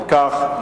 אם כך,